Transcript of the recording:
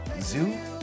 Zoo